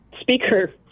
speaker